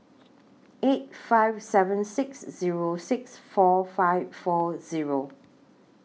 eight five seven six Zero six four five four Zero